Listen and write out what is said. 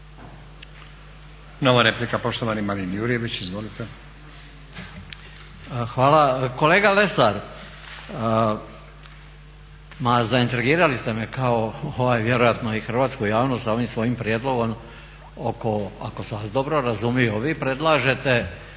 Nova replika, poštovani Marin Jurjević. Izvolite. **Jurjević, Marin (SDP)** Hvala. Kolega Lesar ma zaintrigirali ste me kao vjerojatno i hrvatsku javnost sa ovim svojim prijedlogom oko, ako sam vas dobro razumio, vi predlažete